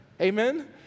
Amen